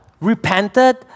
repented